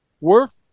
Worth